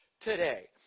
today